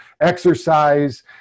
exercise